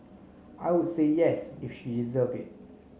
I would say yes if she deserve it